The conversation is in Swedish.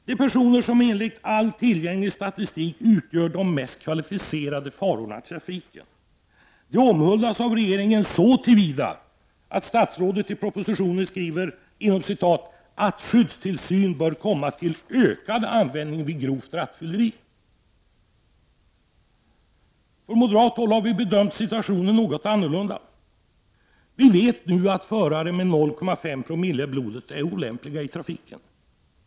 De personer som enligt all tillgänglig statistik utgör de mest kvalificerade farorna i trafiken omhuldas av regeringen genom att statsrådet i propositionen skriver att ”skyddstillsyn bör komma till ökad användning vid grovt rattfylleri”. Från moderat håll har vi bedömt situationen något annorlunda. Vi vet att förare med 0,5 9oo i blodet är olämpliga i trafiken.